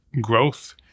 growth